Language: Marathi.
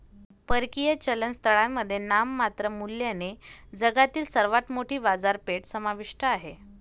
परकीय चलन स्थळांमध्ये नाममात्र मूल्याने जगातील सर्वात मोठी बाजारपेठ समाविष्ट आहे